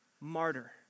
martyr